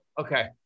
okay